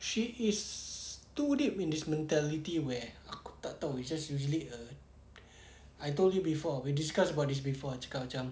she is too deep in this mentality where aku tak tahu it's just usually a I told you before we discuss about this before cakap macam